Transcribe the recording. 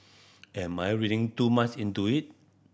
am my reading too much into it